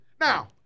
Now